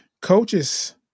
coaches